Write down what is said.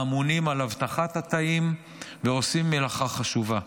האמונים על אבטחת התאים ועושים מלאכה חשובה.